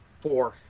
Four